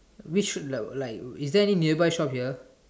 we should like like is there any nearby shops here